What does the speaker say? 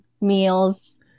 meals